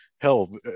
Hell